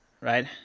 right